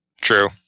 True